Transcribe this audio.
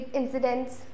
incidents